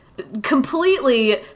completely